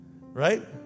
Right